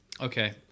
okay